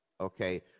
okay